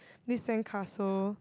this sandcastle